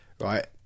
right